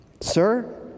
Sir